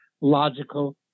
logical